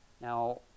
Now